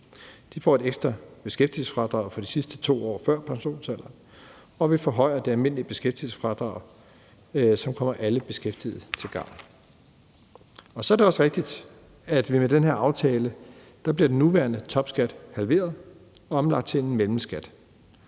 De får et ekstra beskæftigelsesfradrag for de sidste 2 år før pensionsalderen, og vi forhøjer det almindelige beskæftigelsesfradrag, som kommer alle beskæftigede til gode. Så er det også rigtigt, at den nuværende topskat med den her aftale bliver halveret og omlagt til en mellemskat,